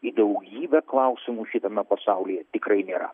į daugybę klausimų šitame pasaulyje tikrai nėra